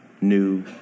new